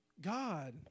God